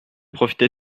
profiter